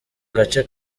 gace